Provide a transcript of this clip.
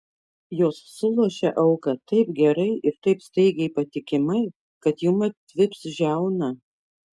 jos sulošia auką taip gerai ir taip staigiai patikimai kad jums atvips žiauna